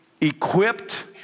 equipped